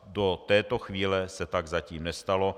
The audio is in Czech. Do této chvíle se tak zatím nestalo.